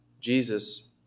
Jesus